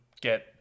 get